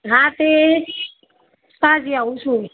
હા તે સાંજે આવું છું હું